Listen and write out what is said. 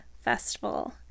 festival